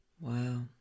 Wow